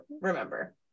remember